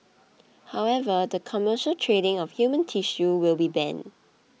however the commercial trading of human tissue will be banned